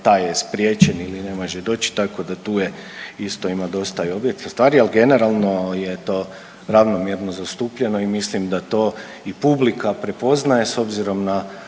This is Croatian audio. taj je spriječen ili ne može doć tako da tu je isto ima dosta i objektiv… stvari, al generalno je to ravnomjerno zastupljeno i mislim da to i publika prepoznaje s obzirom na